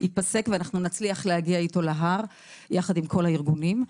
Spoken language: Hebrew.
ייפסק ונצליח להגיע איתו להר עם כל הארגונים.